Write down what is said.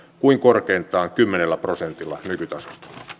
kuin korkeintaan kymmenellä prosentilla nykytasosta